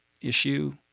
issue